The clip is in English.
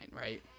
right